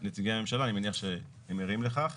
נציגי הממשלה, אני מניח שהם ערים לכך.